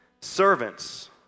Servants